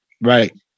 Right